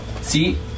See